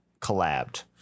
collabed